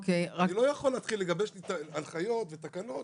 אני לא יכול להתחיל לגבש הנחיות ותקנות